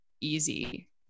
easy